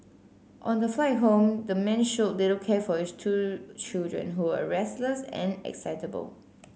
on the flight home the man showed little care for his two children who were restless and excitable